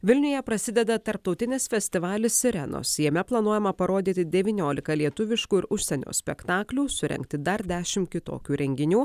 vilniuje prasideda tarptautinis festivalis sirenos jame planuojama parodyti devyniolika lietuviškų ir užsienio spektaklių surengti dar dešim kitokių renginių